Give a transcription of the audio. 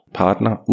partner